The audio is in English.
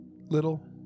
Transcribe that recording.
little